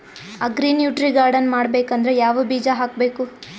Agri nutri garden ಮಾಡಬೇಕಂದ್ರ ಯಾವ ಬೀಜ ಹಾಕಬೇಕು?